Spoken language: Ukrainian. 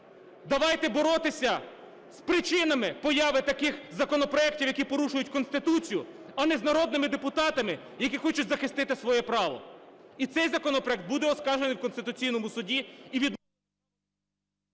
Давайте боротися з причинами появи таких законопроектів, які порушують Конституцію, а не з народними депутатами, які хочуть захистити своє право. І цей законопроект буде оскаржений в Конституційному Суді